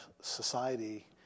society